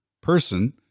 person